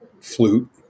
flute